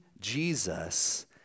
Jesus